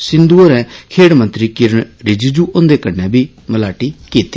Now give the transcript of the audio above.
सिंघू होरें खेड्ड मंत्री किरण रिजिजू हुन्दे कन्नै बी मलाटी कीती